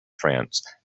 france